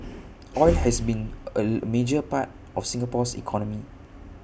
oil has long been A major part of Singapore's economy